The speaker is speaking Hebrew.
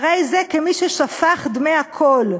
הרי זה כמי ששפך דמי הכול,